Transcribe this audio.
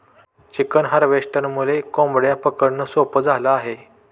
chicken हार्वेस्टरमुळे कोंबड्या पकडणं सोपं झालं आहे